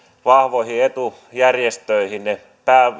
vahvoihin etujärjestöihinne